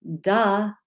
Duh